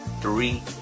Three